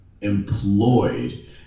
Employed